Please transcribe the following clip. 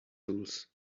tools